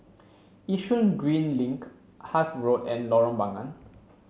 Yishun Green Link Hythe Road and Lorong Bunga